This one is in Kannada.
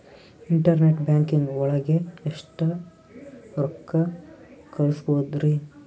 ಇಂಟರ್ನೆಟ್ ಬ್ಯಾಂಕಿಂಗ್ ಒಳಗೆ ಎಷ್ಟ್ ರೊಕ್ಕ ಕಲ್ಸ್ಬೋದ್ ರಿ?